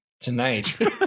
Tonight